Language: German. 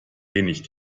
wenig